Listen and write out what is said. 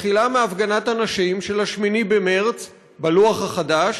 מתחילה בהפגנת הנשים של 8 במרס בלוח החדש,